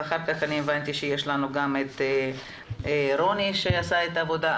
ואחר כך הבנתי שיש גם את רוני שעשה את העבודה.